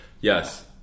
Yes